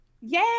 Yay